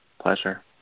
pleasure